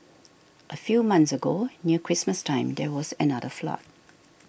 a few months ago near Christmas time there was another flood